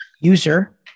user